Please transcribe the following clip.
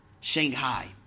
Shanghai